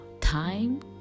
time